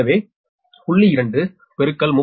எனவே 0